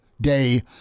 day